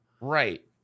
right